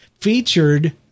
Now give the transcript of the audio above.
featured